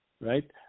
right